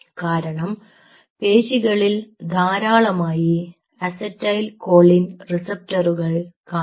കാരണം പേശികളിൽ ധാരാളമായി അസറ്റൈൽ കോളിൻ റിസെപ്റ്ററുകൾ കാണാം